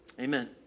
Amen